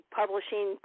publishing